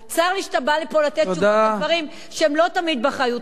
צר לי שאתה בא לפה לתת תשובות על דברים שהם לא תמיד באחריותך.